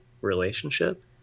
relationship